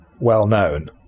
well-known